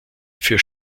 für